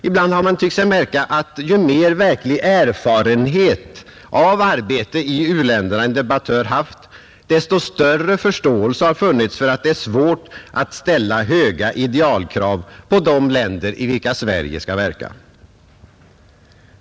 Ibland har man tyckt sig märka, att ju mer verklig erfarenhet av arbete i u-länderna en debattör haft desto större förståelse har funnits för att det är svårt att ställa höga idealkrav på de länder i vilka Sverige skall verka.